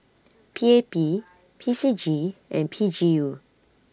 P A P P C G and P G U